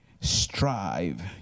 strive